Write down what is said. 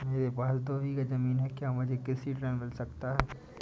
मेरे पास दो बीघा ज़मीन है क्या मुझे कृषि ऋण मिल सकता है?